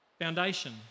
foundation